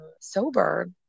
sober